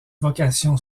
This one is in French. vocation